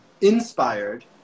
inspired